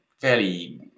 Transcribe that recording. fairly